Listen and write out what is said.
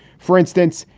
for instance,